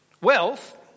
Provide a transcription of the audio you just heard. Wealth